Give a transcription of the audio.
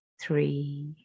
three